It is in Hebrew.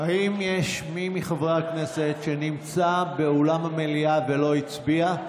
האם יש מי מחברי הכנסת שנמצא באולם המליאה ולא הצביע?